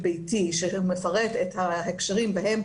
ואנחנו צריכים לבודד אותו מהאחרים,